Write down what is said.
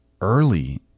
early